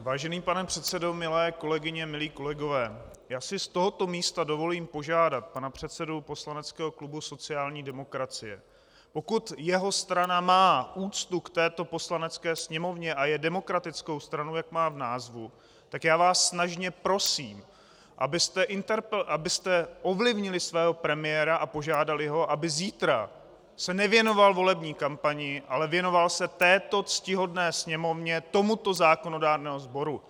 Vážený pane předsedo, milé kolegyně, milí kolegové, já si z tohoto místa dovolím požádat pana předsedu poslaneckého klubu sociální demokracie, pokud jeho strana má úctu k této Poslanecké sněmovně a je demokratickou stranou, jak má v názvu, tak já vás snažně prosím, abyste ovlivnili svého premiéra a požádali ho, aby se zítra nevěnoval volební kampani, ale věnoval se této ctihodné Sněmovně, tomuto zákonodárnému sboru!